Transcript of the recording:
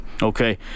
Okay